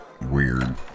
weird